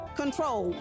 control